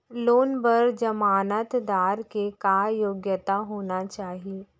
Loan बर जमानतदार के का योग्यता होना चाही?